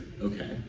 okay